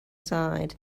side